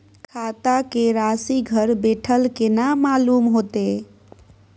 खाता के राशि घर बेठल केना मालूम होते?